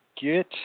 get